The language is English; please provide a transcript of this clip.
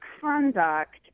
conduct